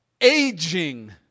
aging